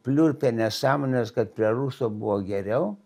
pliurpia nesąmones kad prie ruso buvo geriau